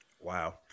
Wow